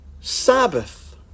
Sabbath